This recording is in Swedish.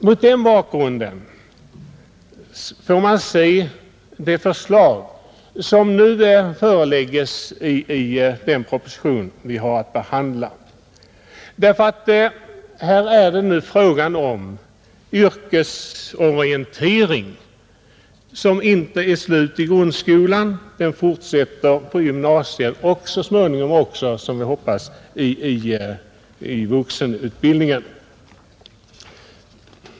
Mot den bakgrunden får man se förslaget i den proposition vi har att behandla, Det gäller här en yrkesorientering, som inte är slut i grundskolan utan fortsätter i gymnasiet och så småningom också — som jag hoppas — inom vuxenutbildningen.